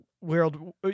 world